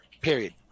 Period